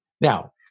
Now